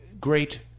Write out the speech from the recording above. great